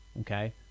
okay